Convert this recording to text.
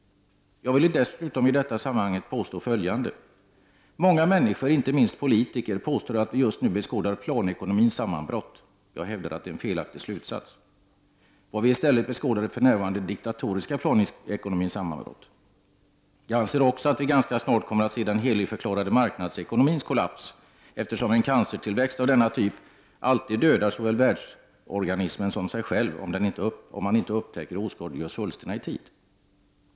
Jag vill dessutom i detta sammanhang dessutom påstå följande: Många människor — inte minst politiker — påstår att vi just nu beskådar planekonomins sammanbrott. Jag hävdar att detta är en felaktig slutsats. Vad vi i stället beskådar för närvarande är den diktatoriska planekonomins sammanbrott. Jag anser också att vi ganska snart kommer att se den heligförklarade marknadsekonomins kollaps, eftersom en cancertillväxt av denna typ alltid dödar såväl världsorganismen som sig själv, om man inte upptäcker och oskadliggör svulsterna i tid.